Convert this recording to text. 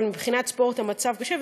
אבל מבחינת ספורט המצב קשה,